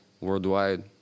worldwide